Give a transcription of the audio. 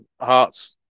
Hearts